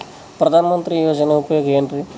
ಪ್ರಧಾನಮಂತ್ರಿ ಯೋಜನೆ ಉಪಯೋಗ ಏನ್ರೀ?